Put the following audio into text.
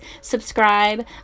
subscribe